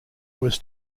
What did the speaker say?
was